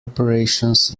operations